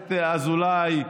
הכנסת אזולאי,